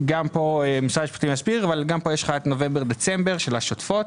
אבל גם פה יש נובמבר-דצמברשל השוטפות.